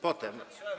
Potem?